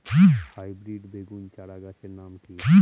Hybrid বেগুন চারাগাছের নাম কি?